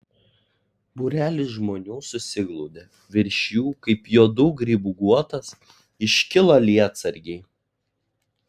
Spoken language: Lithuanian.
būrelis žmonių susiglaudė virš jų kaip juodų grybų guotas iškilo lietsargiai